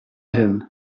hin